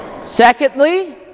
Secondly